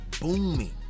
booming